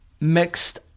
mixed